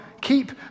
Keep